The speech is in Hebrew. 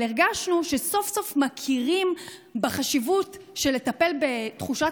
אבל הרגשנו שסוף-סוף מכירים בחשיבות של לטפל בתחושת